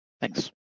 Thanks